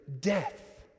death